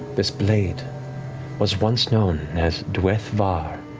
this blade was once known as dwueth'var,